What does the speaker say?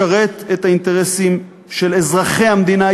משרת את האינטרסים של אזרחי המדינה,